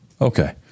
okay